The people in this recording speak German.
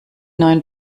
neuen